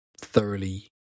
thoroughly